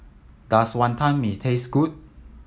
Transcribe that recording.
does Wonton Mee taste good